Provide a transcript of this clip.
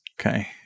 Okay